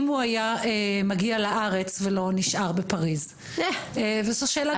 אם הוא היה מגיע לארץ ולא נשאר בפריס וזו שאלה גדולה.